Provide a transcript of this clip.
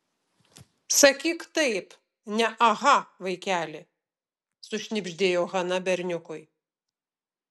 sakyk taip ne aha vaikeli sušnibždėjo hana berniukui